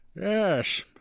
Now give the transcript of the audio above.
Yes